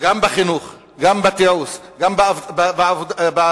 גם בחינוך, גם בתיעוש, גם בדיור.